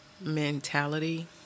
mentality